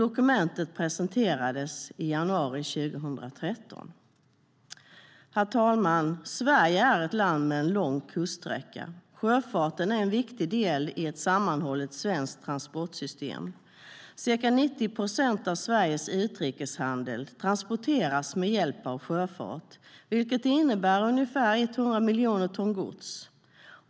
Dokumentet presenterades i januari 2013.Herr talman! Sverige är ett land med lång kuststräcka. Sjöfarten är en viktig del i ett sammanhållet svenskt transportsystem. Ca 90 procent av Sveriges utrikeshandel sker med hjälp av sjöfart, vilket innebär ungefär 180 miljoner ton gods.